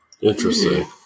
Interesting